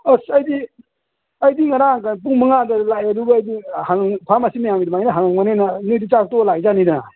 ꯑꯁ ꯑꯩꯗꯤ ꯑꯩꯗꯤ ꯉꯔꯥꯡ ꯅꯨꯡꯗꯥꯡ ꯄꯨꯡ ꯃꯉꯥꯗ ꯂꯥꯛꯑꯦ ꯑꯗꯨꯒ ꯑꯩꯗꯤ ꯍꯥꯡꯉꯝ ꯐꯥꯔꯃꯥꯁꯤ ꯃꯌꯥꯝꯒꯤꯗꯨꯃꯥꯏꯅꯒ ꯍꯥꯡꯉꯝꯅꯦꯅ ꯅꯣꯏꯗꯤ ꯆꯥꯛꯇꯣꯛꯑ ꯂꯥꯛꯏꯖꯥꯠꯅꯤꯗꯅ